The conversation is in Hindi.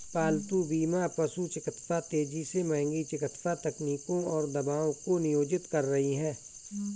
पालतू बीमा पशु चिकित्सा तेजी से महंगी चिकित्सा तकनीकों और दवाओं को नियोजित कर रही है